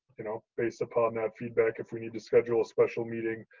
you know, based upon that feedback, if we need to schedule a special meeting,